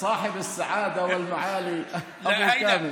חברי אחמד טיבי, אבו כאמל, מה נשמע?